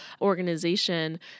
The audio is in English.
organization